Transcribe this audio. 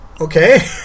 Okay